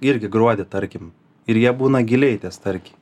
irgi gruodį tarkim ir jie būna giliai ties starkiai